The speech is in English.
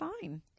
fine